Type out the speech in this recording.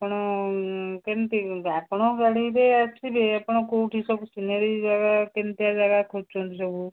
ଆପଣ କେମିତି ଆପଣଙ୍କ ଗାଡ଼ିରେ ଆସିଲେ ଆପଣ କେଉଁଠି ସବୁ ସିନେରୀ ଜାଗା କେମିତିକା ଜାଗା ଖୋଜୁଛନ୍ତି ସବୁ